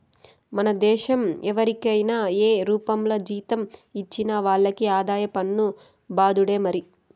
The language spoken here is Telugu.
మన దేశం ఎవరికైనా ఏ రూపంల జీతం ఇచ్చినా వాళ్లకి ఆదాయ పన్ను బాదుడే మరి